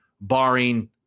Barring